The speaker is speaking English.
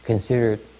Considered